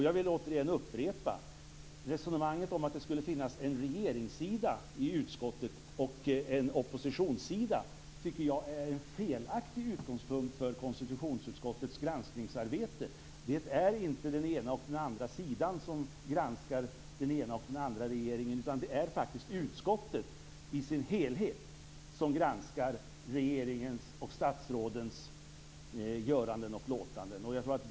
Jag vill återigen upprepa: Resonemanget att det skulle finnas en regeringssida i utskottet och en oppositionssida tycker jag är en felaktig utgångspunkt för konstitutionsutskottets granskningsarbete. Det är inte den ena och den andra sidan som granskar den ena och den andra regeringen. Det är faktiskt utskottet i sin helhet som granskar regeringens och statsrådens göranden och låtanden.